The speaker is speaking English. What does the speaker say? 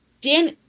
Dan